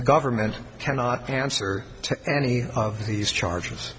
the government cannot answer any of these charges